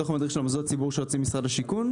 בתוך המדריך של מוסדות ציבור שהוציא משרד השיכון,